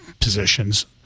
positions